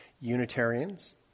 Unitarians